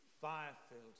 Fire-filled